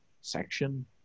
section